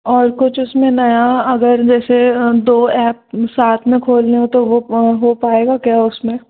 और कुछ उसमें नया अगर जैसे दो एप साथ में खोलने हों तो वह हो पाएगा क्या उसमें